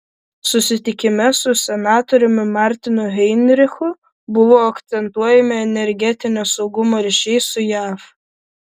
susitikime su senatoriumi martinu heinrichu buvo akcentuojami energetinio saugumo ryšiai su jav